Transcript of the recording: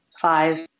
five